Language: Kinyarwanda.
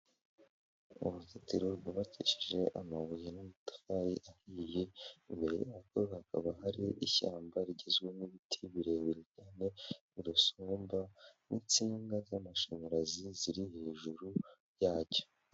Uruzitiro rwubakishije amabuye n'amatafari ahiye, imbere y'aho hakaba hari ishyamba rigizwe n'ibiti birebire cyane n'urusumba, n'insinga z'amashanyarazi ziri hejuru yacyo.